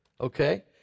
Okay